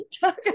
talk